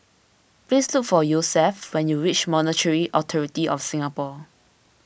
please look for Yosef when you reach Monetary Authority of Singapore